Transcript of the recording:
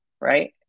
right